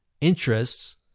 interests